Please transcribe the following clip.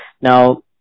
now